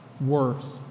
worse